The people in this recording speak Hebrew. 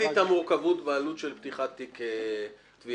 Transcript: את המורכבות והעלות של פתיחת תיק תביעה.